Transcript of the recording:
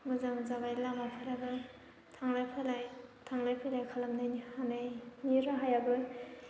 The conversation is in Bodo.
मोजां जाबाय लामाफोराबो थांलाय फैलाय थांलाय फैलाय खालामनायनि हानायनि राहायाबो